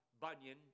Bunyan